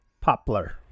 Poplar